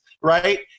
Right